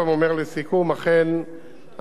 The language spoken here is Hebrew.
אכן המדיניות היא ברורה.